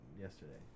yesterday